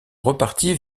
repartit